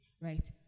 Right